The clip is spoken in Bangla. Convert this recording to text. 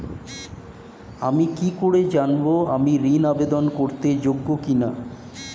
আমি কি করে জানব আমি ঋন আবেদন করতে যোগ্য কি না?